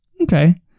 Okay